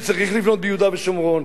שצריך לבנות ביהודה ושומרון,